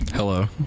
Hello